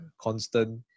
constant